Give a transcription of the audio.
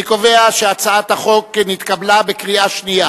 אני קובע שהצעת החוק נתקבלה בקריאה שנייה.